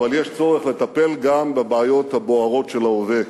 אבל יש צורך לטפל גם בבעיות הבוערות של ההווה.